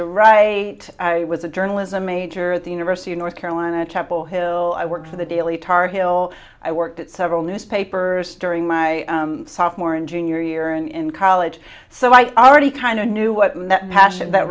to write i was a journalism major at the university of north carolina chapel hill i work for the daily tar heel i worked at several newspapers during my sophomore and junior year in college so i already kind of knew what that